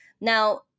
Now